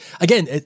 again